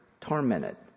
tormented